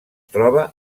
troba